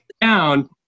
down